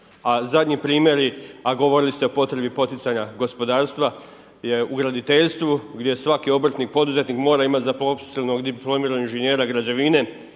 A zadnji primjeri, a govorili ste o potrebi poticanja gospodarstva je u graditeljstvu gdje svaki obrtnik, poduzetnik mora imati zaposlenog dip.ing. građevine,